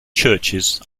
churches